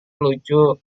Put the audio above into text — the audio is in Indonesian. lucu